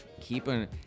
keeping